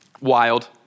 Wild